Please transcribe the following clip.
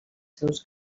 seus